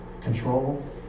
control